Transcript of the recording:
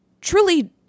truly